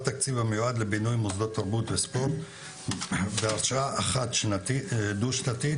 התקציב המיועד לבינוי מוסדות תרבות וספורט בהקצאה דו שנתית